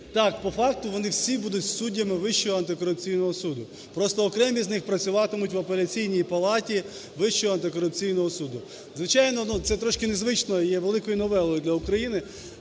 Так, по факту вони всі будуть суддями Вищого антикорупційного суду, просто окремі з них працюватимуть в Апеляційній палаті Вищого антикорупційного суду. Звичайно, ну, це трошки незвично і є великою новелою для України.